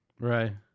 Right